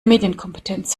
medienkompetenz